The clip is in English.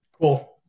Cool